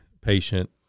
patient